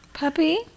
Puppy